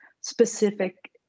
specific